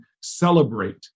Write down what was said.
celebrate